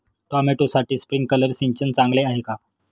टोमॅटोसाठी स्प्रिंकलर सिंचन चांगले आहे का?